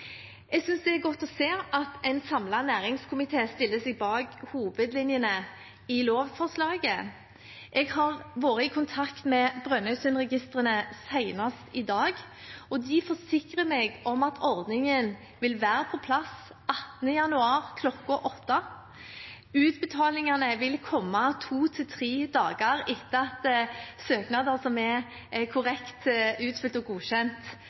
Jeg synes det er godt å se at en samlet næringskomité stiller seg bak hovedlinjene i lovforslaget. Jeg har vært i kontakt med Brønnøysundregistrene senest i dag, og de forsikrer meg om at ordningen vil være på plass 18. januar kl. 8. Utbetalingene vil komme to–tre dager etter at søknader som er korrekt utfylt og godkjent,